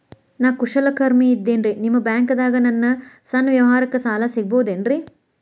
ನಾ ಕುಶಲಕರ್ಮಿ ಇದ್ದೇನ್ರಿ ನಿಮ್ಮ ಬ್ಯಾಂಕ್ ದಾಗ ನನ್ನ ಸಣ್ಣ ವ್ಯವಹಾರಕ್ಕ ಸಾಲ ಸಿಗಬಹುದೇನ್ರಿ?